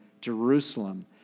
Jerusalem